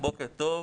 בוקר טוב,